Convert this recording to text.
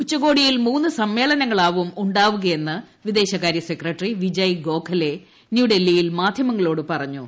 ഉച്ചകോടിയിൽ മൂന്ന് സമ്മേളനങ്ങളാവും ഉണ്ടാകുകയെന്ന് വിദേശകാര്യ സെക്രട്ടറി വിജയ് ഗോഖലെ ന്യൂഡൽഹിയിൽ മാധ്യമങ്ങളോട് പറഞ്ഞു